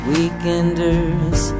Weekenders